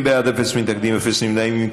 20 בעד, אין מתנגדים, אין נמנעים.